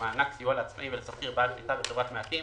למענק סיוע לעצמאי ולשכיר בעל שליטה בחברת מעטים),